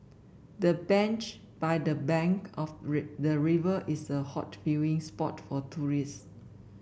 the bench by the bank of the river is a hot viewing spot for tourists